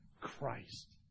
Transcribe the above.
Christ